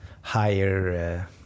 higher